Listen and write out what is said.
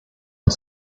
the